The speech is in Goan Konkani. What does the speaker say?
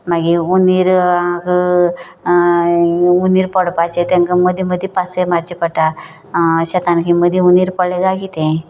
मागी उनीरांक हुनीर पडपाचे तेंकां मागीर मदीं मदीं पासय मारची पडटा शेतांनी मदीं हुनीर पडले काय किदें तें